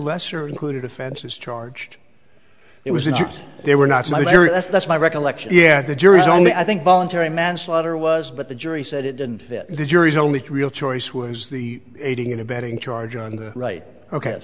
lesser included offenses charged it was it yes they were not so serious that's my recollection yeah the jury's only i think voluntary manslaughter was but the jury said it didn't fit the jury's only real choice was the aiding and abetting charge on the right ok